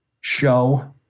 show